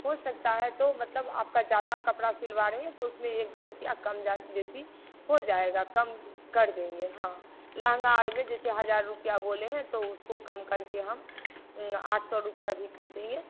हो सकता है तो मतलब आपका ज्यादा कपड़ा सिलवा रहे हैं तो उसमें एक दो रुपया कम जा बेसी हो जाएगा कम कर देंगे हाँ लहंगा और में जैसे हजार रुपया बोले हैं तो उसको कम करके हम आठ सौ रुपया भी कर देंगे